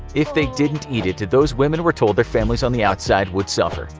if they didn't eat it, those women were told their families on the outside would suffer.